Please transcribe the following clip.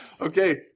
Okay